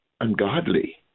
ungodly